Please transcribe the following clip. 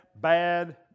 bad